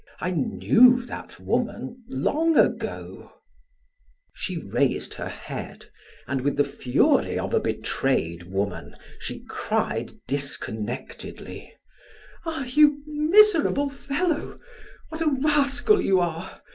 i knew that woman long ago she raised her head and with the fury of a betrayed woman, she cried disconnectedly ah, you miserable fellow what rascal you are!